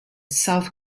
south